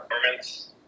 performance